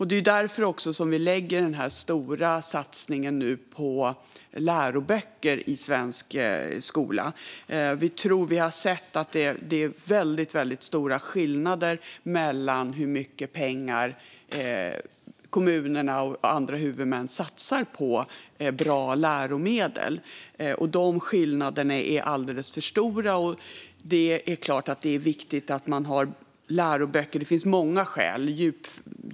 Det är också därför vi nu gör den här stora satsningen på läroböcker i svensk skola. Vi har sett att det är väldigt stora skillnader i hur mycket pengar kommunerna och andra huvudmän satsar på bra läromedel. De skillnaderna är alldeles för stora, och det är klart att det är viktigt att man har läroböcker. Det finns många skäl.